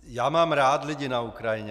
Já mám rád lidi na Ukrajině.